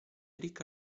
ricca